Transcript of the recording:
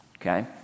okay